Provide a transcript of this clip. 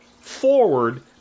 forward